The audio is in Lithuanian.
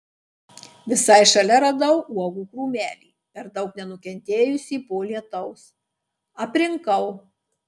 visai šalia radau uogų krūmelį per daug nenukentėjusį po lietaus aprinkau